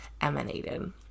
emanated